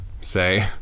say